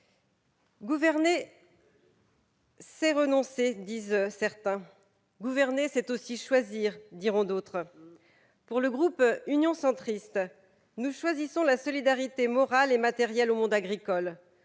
Gouverner, c'est renoncer, disent certains. Gouverner, c'est aussi choisir, diront d'autres. Le groupe Union Centriste choisit d'apporter une solidarité morale et matérielle au monde agricole.